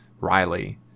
Riley